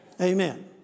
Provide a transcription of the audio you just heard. amen